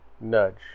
nudge